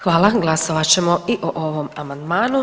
Hvala, glasovat ćemo i o ovom amandmanu.